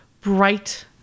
bright